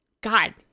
god